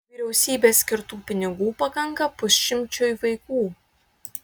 vyriausybės skirtų pinigų pakanka pusšimčiui vaikų